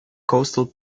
coastal